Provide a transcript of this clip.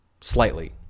slightly